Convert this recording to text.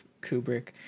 Kubrick